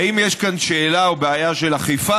האם יש כאן שאלה או בעיה של אכיפה?